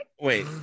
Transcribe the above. wait